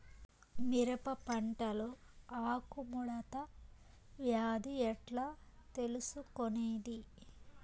మిరప పంటలో ఆకు ముడత వ్యాధి ఎట్లా తెలుసుకొనేది?